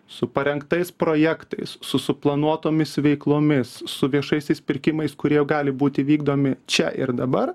su parengtais projektais su suplanuotomis veiklomis su viešaisiais pirkimais kurie jau gali būti vykdomi čia ir dabar